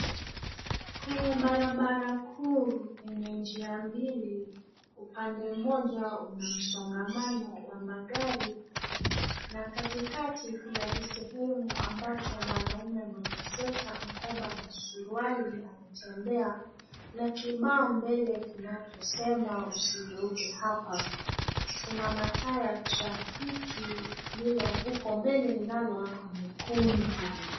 Kwenye barabara kuu yenye njia mbili upande mmoja una msongamano wa magari, na katikati kuna sehumu ambacho mwanaume mwenye sweta, mkoba na suruari anatembea na kibao mbele kinachosema usigeuke hapa. Kuna mataa ya trafiki huko mbele linalowaka nyekundu.